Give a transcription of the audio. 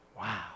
Wow